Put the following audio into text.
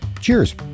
cheers